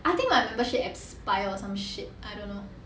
I think my membership expire or some shit I don't know